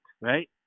right